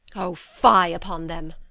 o, fie upon them!